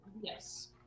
yes